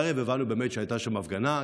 בערב הבנו באמת שהייתה שם הפגנה,